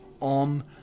on